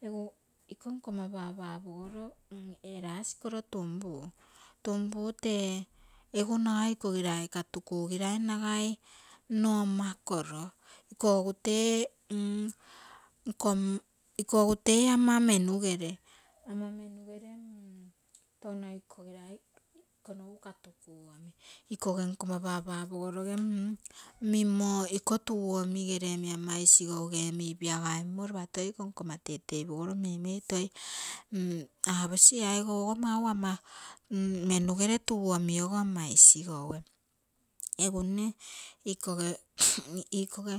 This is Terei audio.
Egu iko nkomma papa erasi kolo tunpu, tunpu tee egu nagai iko girai katuku nagai nno ama kolo iko egu tee ama menugere, ama menugere. touno iko girai iko katukuomi ikoge nkomma papa pogoroge mimmo iko tuu omi gere ama isigouge omi ipiagaimunno lopa toi iko nkomma tetei pogoro muimui toi aposi ee aigou mau ama menugere tuu omi ogo ama isigouge. egu mne ikoge